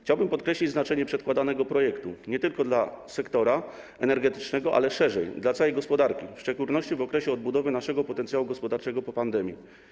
Chciałbym podkreślić znaczenie przedkładanego projektu nie tylko dla sektora energetycznego, ale szerzej - i dla całej gospodarki, w szczególności w okresie odbudowy naszego potencjału gospodarczego po pandemii.